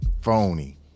Phony